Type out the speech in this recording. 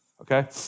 okay